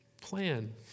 plan